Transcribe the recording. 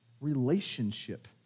Relationship